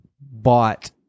bought